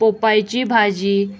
पोपायची भाजी